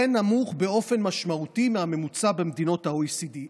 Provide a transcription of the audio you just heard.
זה נמוך באופן משמעותי מהממוצע במדינות ה-OECD.